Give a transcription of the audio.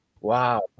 Wow